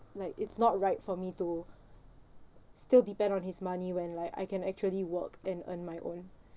like it's not right for me to still depend on his money when like I can actually work and earn my own